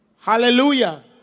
Hallelujah